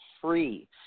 free